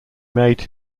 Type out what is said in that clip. made